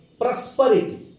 prosperity